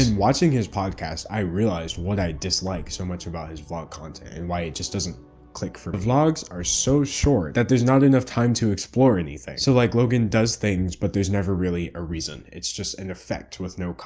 and watching his podcast, i realized what i disliked so much about his vlog content and why it just doesn't click for me. the vlogs are so short that there's not enough time to explore anything. so, like logan does things, but there's never really a reason. it's just an effect with no cost.